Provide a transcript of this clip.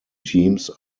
teams